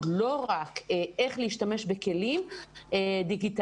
לא רק איך להשתמש בכלים דיגיטליים,